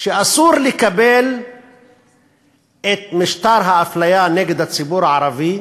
שאסור לקבל את משטר האפליה נגד הציבור הערבי,